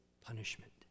punishment